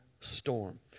storm